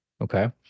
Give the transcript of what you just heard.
okay